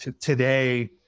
Today